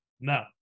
No